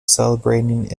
celebrating